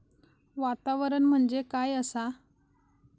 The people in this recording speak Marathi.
वातावरण म्हणजे काय असा?